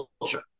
culture